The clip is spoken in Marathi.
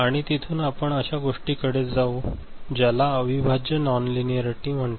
आणि तिथून आपण अशा एका गोष्टीकडे जाऊ ज्याला अविभाज्य नॉन लिनीआरिटी म्हणतात